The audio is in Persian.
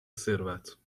ثروت